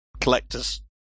collector's